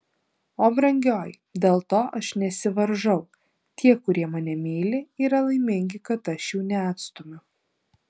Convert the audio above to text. o brangioji dėl to aš nesivaržau tie kurie mane myli yra laimingi kad aš jų neatstumiu